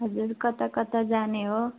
हजुर कता कता जाने हो